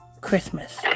Christmas